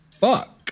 fuck